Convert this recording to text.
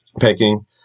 picking